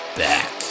back